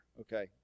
okay